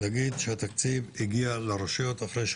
שיגיד שהתקציב הגיע לרשויות אחרי שהוא